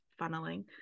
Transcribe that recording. funneling